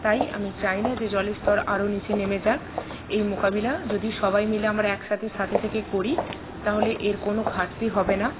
তাই আমি চাই না যে জলের স্তর আরো নিচে নেমে যাক এই মোকাবিলা যদি সবাই মিলে আমরা একসাথে সাথে থেকে করি তাহলে এর কোনো ঘাটতি হবে না